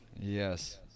yes